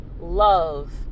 love